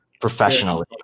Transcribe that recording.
professionally